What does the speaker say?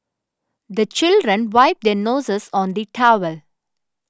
the children wipe their noses on the towel